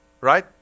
right